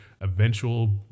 eventual